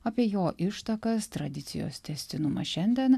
apie jo ištakas tradicijos tęstinumą šiandien